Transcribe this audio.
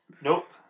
Nope